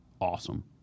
awesome